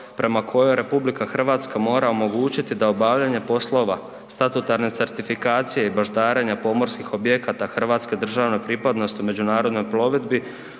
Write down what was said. prema kojoj RH mora omogućiti da obavljanje poslova statutarne certifikacije i baždarenje pomorskog objekata hrvatske državne pripadnosti u međunarodnoj plovidbi